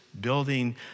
building